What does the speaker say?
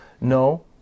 No